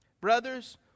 brothers